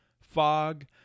fog